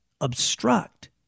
obstruct